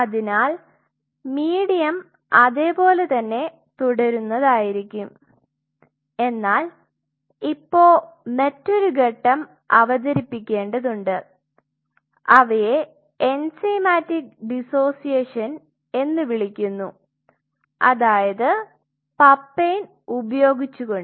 അതിനാൽ മീഡിയം അതേപോലെതന്നെ തുടരുന്നതായിരിക്കും എന്നാൽ ഇപ്പൊ മറ്റൊരു ഘട്ടം അവതരിപ്പിക്കേണ്ടതുണ്ട് അവയെ എൻസൈമാറ്റിക് ഡിസോസിയേഷൻ എന്ന് വിളിക്കുന്നു അതായത് പപ്പൈൻ ഉപയോഗിച്ചുകൊണ്ട്